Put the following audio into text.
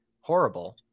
horrible